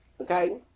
Okay